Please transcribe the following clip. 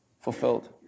fulfilled